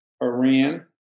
Iran